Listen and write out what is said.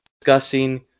discussing